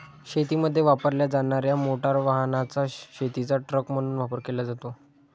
शेतीमध्ये वापरल्या जाणार्या मोटार वाहनाचा शेतीचा ट्रक म्हणून वापर केला जातो